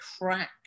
crack